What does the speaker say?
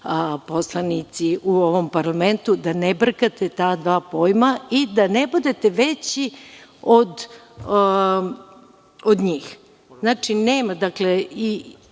poslanici u ovom parlamentu, da ne brkate ta dva pojma i da ne budete veći od njih. Znači, broj